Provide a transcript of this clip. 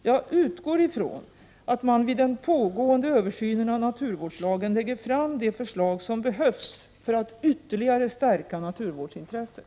Jag utgår ifrån att man vid den pågående översynen av naturvårdslagen lägger fram de förslag som behövs för att ytterligare stärka naturvårdsintresset.